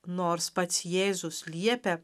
nors pats jėzus liepia